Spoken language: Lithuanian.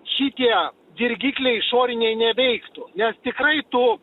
šitie dirgikliai išoriniai neveiktų nes tikrai tu